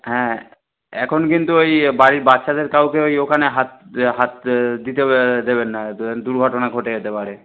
হ্যাঁ এখন কিন্তু ওই বাড়ির বাচ্চাদের কাউকে ওই ওখানে হাত হাত দিতে দেবেন না দুর্ঘটনা ঘটে যেতে পারে